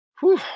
whew